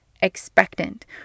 expectant